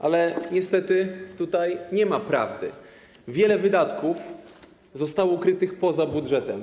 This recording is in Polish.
Ale niestety tutaj nie ma prawdy, wiele wydatków zostało ukrytych poza budżetem.